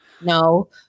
no